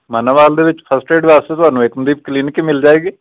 ਮਾਨਵਵਾਲ ਦੇ ਵਿੱਚ first aid ਵਾਸਤੇ ਤੁਹਾਨੂੰ ਏਕਮਦੀਪ ਕਲੀਨਿਕ ਮਿਲ ਜਾਏਗੀ